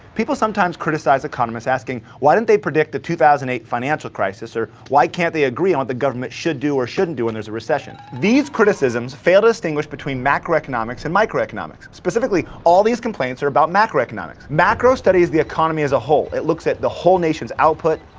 people sometimes criticize economists asking why didn't they predict the two thousand and eight financial crisis? or, why can't they agree on what the government should do or shouldn't do when there's a recession? these criticisms fail to distinguish between macroeconomics and microeconomics. specifically, all these complaints are about macroeconomics. macro studies the economy as a whole it looks at the whole nation's output,